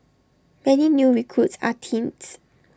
many new recruits are teens